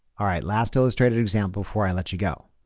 all right, last illustrated example before i let you go.